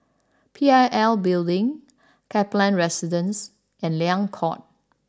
P I L Building Kaplan Residence and Liang Court